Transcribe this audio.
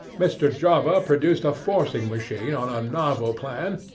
mr. jobba produced a forcing-machine on a novel plan,